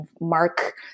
mark